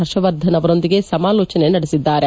ಹರ್ಷವರ್ಧನ್ ಅವರೊಂದಿಗೆ ಸಮಾಲೋಚನೆ ನಡೆಸಿದ್ದಾರೆ